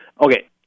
okay